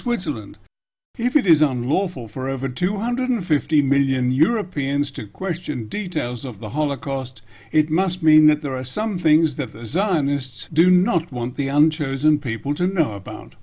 switzerland if it is unlawful for over two hundred fifty million europeans to question details of the holocaust it must mean that there are some things that scientists do not want the unchosen people to know about